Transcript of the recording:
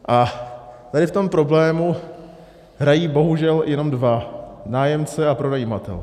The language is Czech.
A tady v tom problému hrají bohužel jenom dva, nájemce a pronajímatel.